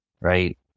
right